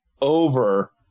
over